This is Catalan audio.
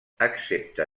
excepte